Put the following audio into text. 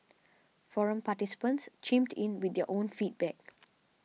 forum participants chimed in with their own feedback